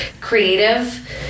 creative